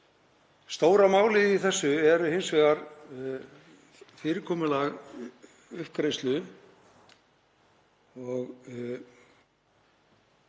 Stóra málið í þessu er hins vegar fyrirkomulag uppgreiðslu.